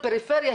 פריפריה,